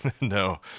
no